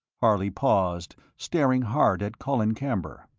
harley paused, staring hard at colin camber.